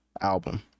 album